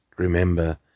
Remember